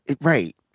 right